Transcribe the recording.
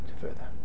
further